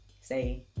say